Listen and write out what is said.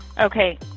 Okay